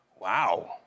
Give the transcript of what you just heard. Wow